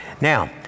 Now